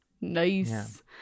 nice